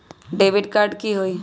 Debit card की होई?